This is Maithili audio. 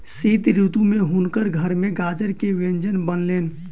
शीत ऋतू में हुनकर घर में गाजर के व्यंजन बनलैन